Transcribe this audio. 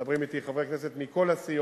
מדברים אתי חברי כנסת מכל הסיעות.